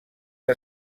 que